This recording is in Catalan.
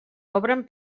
obren